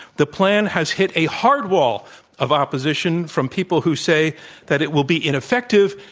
the plan has hit a hard wall of opposition from people who say that it will be ineffective,